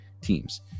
teams